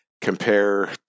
compare